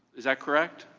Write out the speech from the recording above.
is that correct?